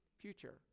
future